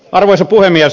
arvoisa puhemies